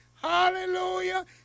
Hallelujah